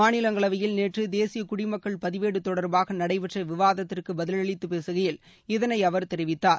மாநிலங்களவையில் நேற்று தேசிய குடிமக்கள் பதிவேடு தொடர்பாக நடைபெற்ற விவாதத்திற்கு பதிலளித்து பேசுகையில் இதனை அவர் தெரிவித்தார்